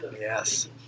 Yes